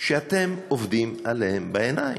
שאתם עובדים עליהם בעיניים.